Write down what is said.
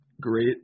great